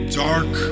dark